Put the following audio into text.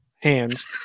hands